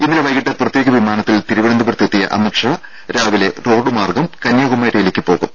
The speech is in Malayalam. ഇന്നലെ വൈകിട്ട് പ്രത്യേക വിമാനത്തിൽ തിരുവനന്തപുര ത്തെത്തിയ അമിത് ഷാ രാവിലെ റോഡ് മാർഗം കന്യാകുമാരിയിലേക്ക് പോകും